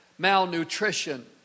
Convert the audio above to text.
malnutrition